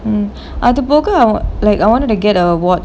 mm அது போக:athu poga like I wanted to get a watch